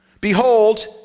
behold